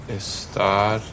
estar